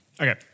Okay